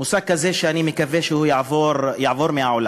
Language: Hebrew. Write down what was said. מושג כזה, שאני מקווה שהוא יעבור מהעולם,